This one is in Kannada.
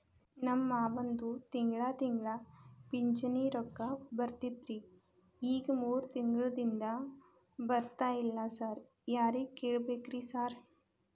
ನಮ್ ಮಾವಂದು ತಿಂಗಳಾ ತಿಂಗಳಾ ಪಿಂಚಿಣಿ ರೊಕ್ಕ ಬರ್ತಿತ್ರಿ ಈಗ ಮೂರ್ ತಿಂಗ್ಳನಿಂದ ಬರ್ತಾ ಇಲ್ಲ ಸಾರ್ ಯಾರಿಗ್ ಕೇಳ್ಬೇಕ್ರಿ ಸಾರ್?